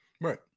Right